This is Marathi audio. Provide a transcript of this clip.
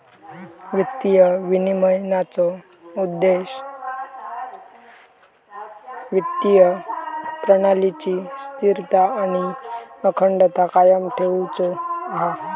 वित्तीय विनिमयनाचो उद्देश्य वित्तीय प्रणालीची स्थिरता आणि अखंडता कायम ठेउचो हा